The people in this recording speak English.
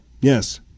Yes